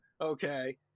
Okay